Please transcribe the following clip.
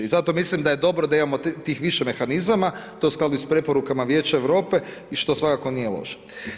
I zato mislim da je dobro da imamo tih više mehanizama to je u skladu i sa preporukama Vijeća Europe i što svakako nije loše.